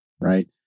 right